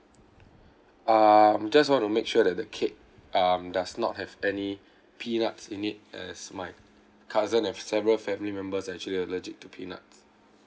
um just want to make sure that the cake um does not have any peanuts in it as my cousin and several family members are actually allergic to peanuts